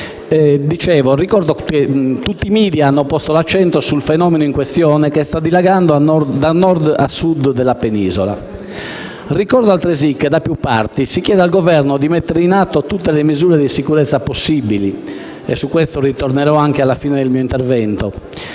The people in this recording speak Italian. votazioni) tutti i *media* hanno posto l'accento sul fenomeno in questione che sta dilagando dal Nord al Sud della penisola. Ricordo altresì che da più parti si chiede al Governo di mettere in atto tutte le misure di sicurezza possibili - su questo ritornerò anche alla fine del mio intervento